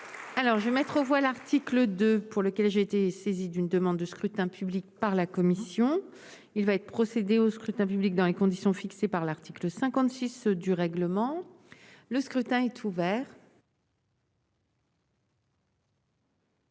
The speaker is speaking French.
Alors, je vais mettre aux voix l'article 2 pour lequel j'ai été saisi d'une demande de scrutin public par la Commission, il va être procédé au scrutin public dans les conditions fixées par l'article 56 du règlement, le scrutin est ouvert.